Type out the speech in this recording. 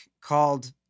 called